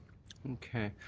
okay.